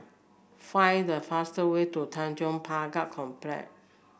find the fastest way to Tanjong Pagar Complex